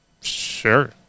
sure